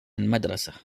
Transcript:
المدرسة